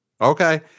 Okay